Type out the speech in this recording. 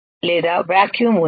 లేదా వాక్యూం ఉంది